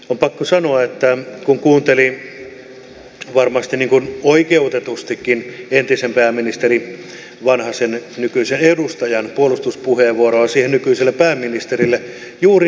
on pakko sanoa kun kuunteli entisen pääministeri vanhasen nykyisen edustajan varmasti oikeutettuakin puolustuspuheenvuoroa nykyistä pääministeriä koskien niin juuri niin on